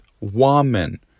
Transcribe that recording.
woman